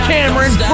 Cameron